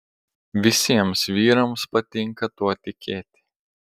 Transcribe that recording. visiems vyrams patinka tuo tikėti